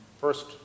first